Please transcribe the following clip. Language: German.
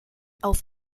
auf